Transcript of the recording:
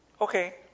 okay